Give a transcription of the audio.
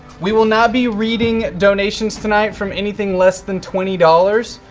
we will not be reading donations tonight from anything less than twenty dollars,